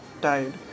tired